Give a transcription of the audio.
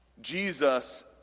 Jesus